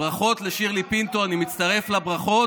ברכות לשירלי פינטו, אני מצטרף לברכות,